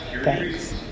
Thanks